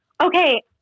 Okay